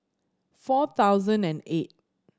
four thousand and eight